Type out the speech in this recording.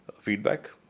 feedback